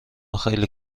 خیلی